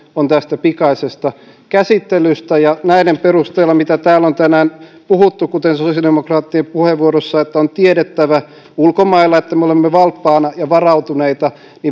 on tästä pikaisesta käsittelystä näiden perusteella mitä täällä on tänään puhuttu kuten sosiaalidemokraattien puheenvuorossa että ulkomailla on tiedettävä että me olemme valppaana ja varautuneena